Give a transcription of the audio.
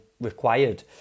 required